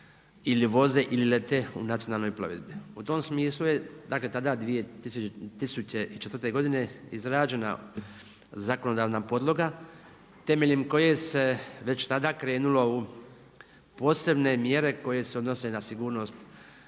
ili voze ili lete u nacionalnoj plovidbi. U tom smislu je dakle tada 2004. godine izrađena zakonodavna podloga temeljem koje se već tada krenulo u posebne mjere koje se odnose na sigurnost